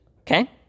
Okay